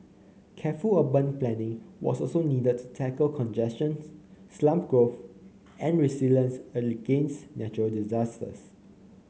careful urban planning was also needed to tackle congestion slum growth and resilience against natural disasters